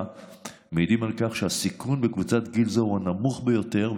מעידים על כך שהסיכון בקבוצת גיל זו הוא הנמוך ביותר,